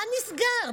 מה נסגר?